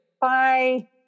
Bye